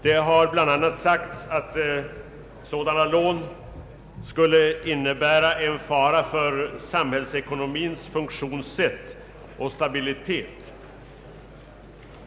Man har bl.a. sagt att sådana lån skulle innebära en fara för sam hällsekonomins funktionssätt och stabilitet.